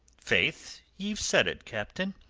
faith, ye've said it, captain.